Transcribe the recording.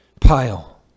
pile